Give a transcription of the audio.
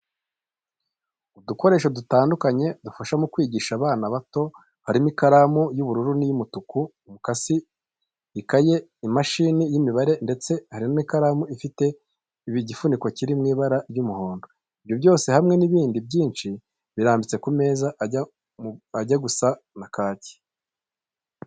Udukoresho dutandukanye dufasha mu kwigisha abana bato, harimo ikaramu y'ubururu n'iy'umutuku, umukasi, ikaye, imashini y'imibare ndetse hari n'ikaramu ifite igifuniko kiri mu ibara ry'umuhondo. Ibyo byose hamwe n'ibindi byinshi birambitse ku meza ajya gusa na kaki.